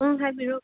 ꯎꯝ ꯍꯥꯏꯕꯤꯔꯛꯑꯣ